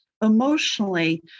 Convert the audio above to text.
Emotionally